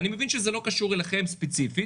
אני מבין שזה לא קשור אליכם ספציפית